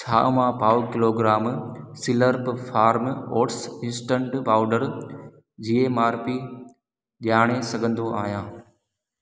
छा मां पाव kilogram Slurp Farm oats instant powder जी एमआरपी ॼाणे सघंदो आहियां